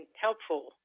helpful